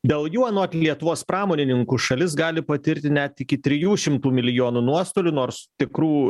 dėl jų anot lietuvos pramonininkų šalis gali patirti net iki trijų šimtų milijonų nuostolių nors tikrų